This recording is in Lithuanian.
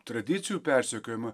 tradicijų persekiojimą